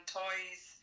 toys